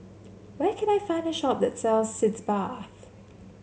where can I find a shop that sells Sitz Bath